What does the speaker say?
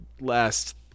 last